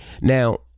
now